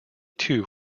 two